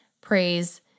praise